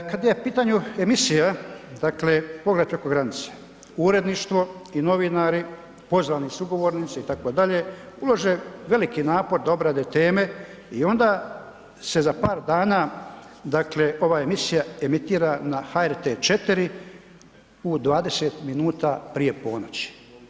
Kad je u pitanju emisija, dakle Pogled preko granice, uredništvo i novinari, pozvani sugovornici itd. ulože veliki napor da obrade teme i onda se za par dana, dakle ova emisija emitira na HRT 4 u 20 minuta prije ponoći.